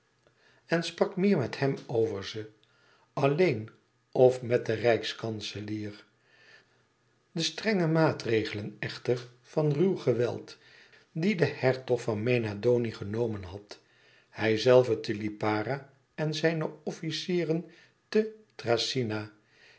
en sprak meer met hem over ze alleen of met den rijkskanselier de strenge maatregelen echter van ruw geweld die de hertog van mena doni genomen had hijzelve te lipara en zijne officieren te thracyna